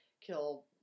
kill